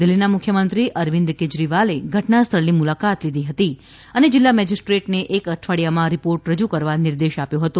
દિલ્ઠીના મુખ્યમંત્રી અરવિંદ કેજરીવાલે ઘટનાસ્થળની મુલાકાત લીધી હતી અને જિલ્લા મેજીસ્ટ્રેટને એક અઠવાડિયામાં રિપોર્ટ રજુ કરવા નિર્દેશ આપ્યો હતો